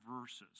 verses